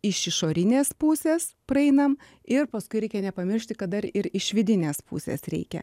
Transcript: iš išorinės pusės praeinam ir paskui reikia nepamiršti kad dar ir iš vidinės pusės reikia